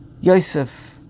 Yosef